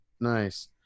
Nice